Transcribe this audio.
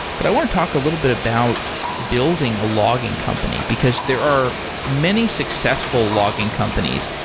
but i want to talk a little bit about building a logging company, because there are many successful logging companies,